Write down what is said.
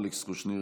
אלכס קושניר,